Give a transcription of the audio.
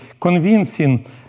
convincing